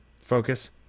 focus